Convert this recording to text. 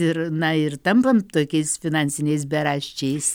ir na ir tampam tokiais finansiniais beraščiais